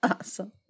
Awesome